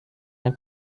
d’un